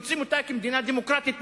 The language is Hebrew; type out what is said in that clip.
רוצים אותה כמדינה דמוקרטית,